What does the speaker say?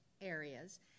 areas